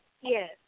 yes